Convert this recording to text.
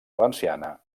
valenciana